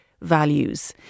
values